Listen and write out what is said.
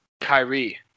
Kyrie